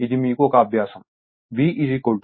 ఇది మీకు ఒక అభ్యాసం